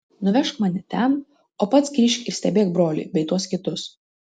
nuvežk mane ten o pats grįžk ir stebėk brolį bei tuos kitus